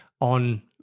on